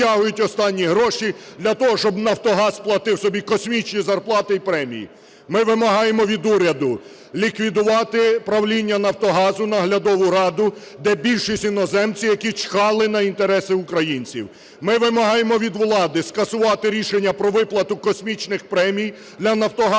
витягують останні гроші для того, щоб "Нафтогаз" платив собі космічні зарплати і премії. Ми вимагаємо від уряду ліквідувати правління "Нафтогазу", Наглядову раду, де більшість іноземців, які чхали на інтереси українців. Ми вимагаємо від влади скасувати рішення про виплату космічних премій для "Нафтогазу"